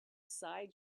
side